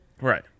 Right